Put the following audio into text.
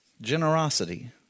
Generosity